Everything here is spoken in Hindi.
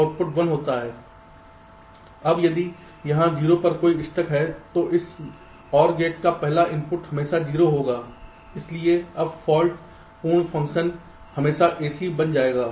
अब यदि यहां 0 पर कोई स्टक है तो इस OR गेट का पहला इनपुट हमेशा 0 होगा इसलिए अब फाल्ट पूर्ण फ़ंक्शन केवल ac बन जाएगा